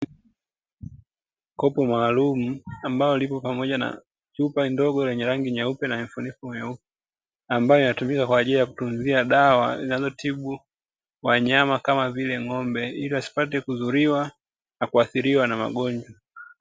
Kopo maalumu ambalo lipo pamoja na chupa ndogo yenye rangi nyeupe na mfuniko mweupe, ambayo inatumika kutunzia dawa zinazotibu wanayama kama vile ng'ombe, ili wasipate kudhuriwa na kuathiriwa na magonjwa.